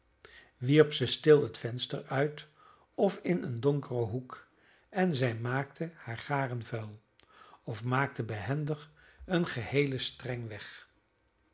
wierp ze stil het venster uit of in een donkeren hoek en zij maakte haar garen vuil of maakte behendig een geheele streng weg